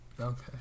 Okay